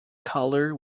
colour